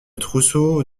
trousseau